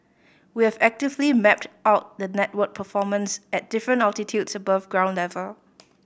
we have actively mapped out the network performance at different altitudes above ground level